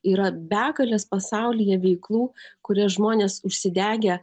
yra begalės pasaulyje veiklų kurias žmonės užsidegę